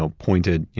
so pointed,